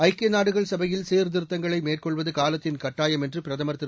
ஐக்கிய நாடுகள் சபையில் சீர்திருத்தங்களை மேற்கொள்வது காலத்தின் கட்டாயம் என்று பிரதமர் திரு